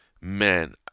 man